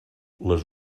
les